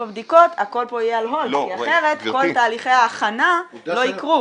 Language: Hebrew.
בבדיקות הכל פה יהיה על הולד כי אחרת כל תהליכי ההכנה לא יקרו.